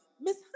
Miss